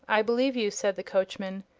i believe you, said the coachman.